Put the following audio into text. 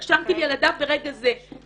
ורשמתי לי על הדף ברגע זה לחלוטין.